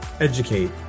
educate